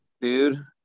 dude